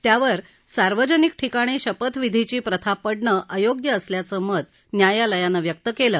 त्यावर सार्वजनिक ठिकाणी शपथविधीची प्रथा पडणं अयोग्य असल्याचं मत न्यायालयानं व्यक्त केलं